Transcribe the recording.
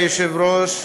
אדוני היושב-ראש,